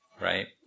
right